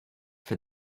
for